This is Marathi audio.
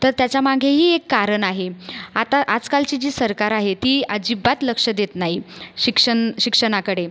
तर त्याच्यामागेही एक कारण आहे आता आजकालची जी सरकार आहे ती अजिबात लक्ष देत नाही शिक्षण शिक्षणाकडे